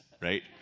right